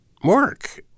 work